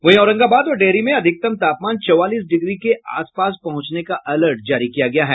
वहीं औरंगाबाद और डेहरी में अधिकतम तापमान चौवालीस डिग्री के आस पास पहुंचने का अलर्ट जारी किया गया है